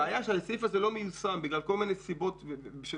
הבעיה שהסעיף הזה לא מיושם בגלל כל מיני סיבות בירוקרטיות,